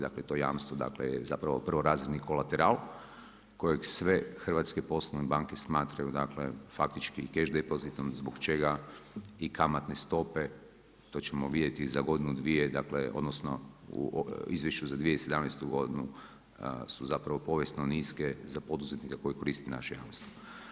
Dakle to jamstvo je zapravo prvorazredni kolateral kojeg sve hrvatske poslovne banke smatraju faktički keš depozitom zbog čega i kamatne stope, to ćemo vidjeti za godinu, dvije odnosno u izvješću za 2017. godinu su zapravo povijesno niske za poduzetnika koji koristi naše jamstvo.